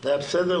זה חוק טוב?